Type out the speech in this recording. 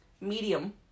Medium